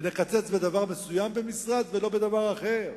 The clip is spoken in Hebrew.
נקצץ בדבר מסוים במשרד ולא בדבר אחר.